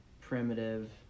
Primitive